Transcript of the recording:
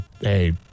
hey